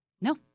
No